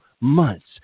months